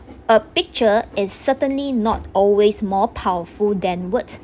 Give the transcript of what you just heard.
a picture is certainly not always more powerful than words